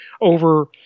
Over